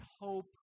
hope